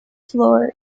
floor